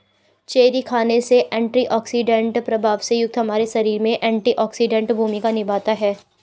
cherry खाने से antioxidant प्रभाव से युक्त हमारे शरीर में एंटीऑक्सीडेंट भूमिका निभाता है